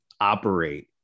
operate